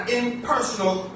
impersonal